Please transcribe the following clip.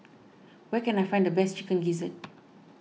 where can I find the best Chicken Gizzard